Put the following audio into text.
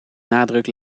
nadruk